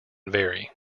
vary